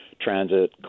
transit